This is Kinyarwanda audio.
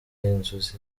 inzuzi